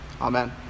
amen